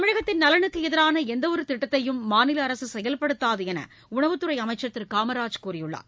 தமிழகத்தின் நலனுக்கு எதிரான எந்தவொரு திட்டத்தையும் மாநில அரசு செயல்படுத்தாது என்று உணவு அமைச்சர் திரு காமராஜ் கூறியுள்ளார்